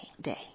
day